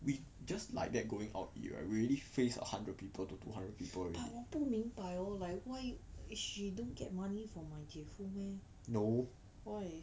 but 我不明白 hor why she don't get money from my 姐夫 meh why